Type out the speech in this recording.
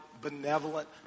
benevolent